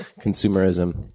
consumerism